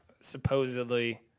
Supposedly